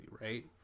right